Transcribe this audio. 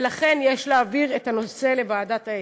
ולכן יש להעביר את הנושא לוועדת האתיקה.